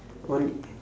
only